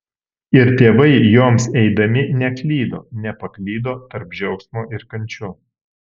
ir tėvai joms eidami neklydo nepaklydo tarp džiaugsmo ir kančių